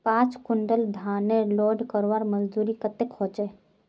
पाँच कुंटल धानेर लोड करवार मजदूरी कतेक होचए?